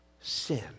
sin